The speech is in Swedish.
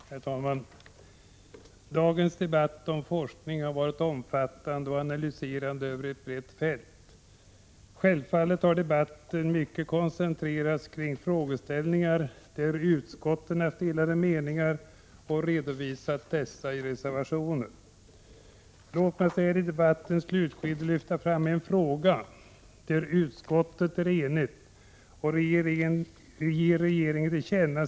Herr talman! Dagens debatt om forskning har varit omfattande och analyserande över ett brett fält. Självfallet har debatten koncentrerats mycket kring frågeställningar där utskotten haft delade meningar redovisade i reservationer. Låt mig så här i debattens slutskede lyfta fram en fråga där utskottet är enigt och ger regeringen sin mening till känna.